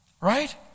Right